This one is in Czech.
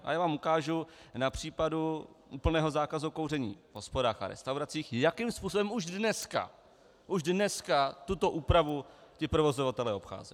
A já vám ukážu na případu úplného zákazu kouření v hospodách a v restauracích, jakým způsobem už dneska, už dneska tuto úpravu provozovatelé obcházejí.